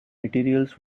materials